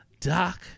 Doc